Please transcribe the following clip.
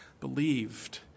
believed